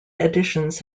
editions